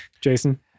Jason